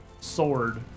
sword